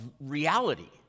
reality